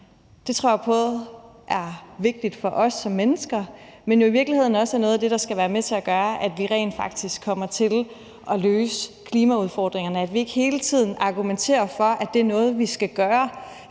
Det tror jeg er vigtigt for os som mennesker, men i virkeligheden er det også noget af det, der skal være med til at gøre, at vi rent faktisk kommer til at løse klimaudfordringerne, nemlig at vi ikke hele tiden argumenterer for, at det er noget, vi skal gøre,